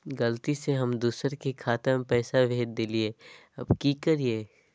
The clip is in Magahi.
गलती से हम दुसर के खाता में पैसा भेज देलियेई, अब की करियई?